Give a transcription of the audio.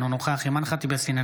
אינו נוכח אימאן ח'טיב יאסין,